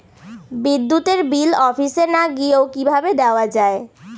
বিদ্যুতের বিল অফিসে না গিয়েও কিভাবে দেওয়া য়ায়?